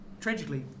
tragically